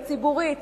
הציבורית,